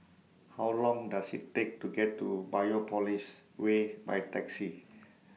How Long Does IT Take to get to Biopolis Way By Taxi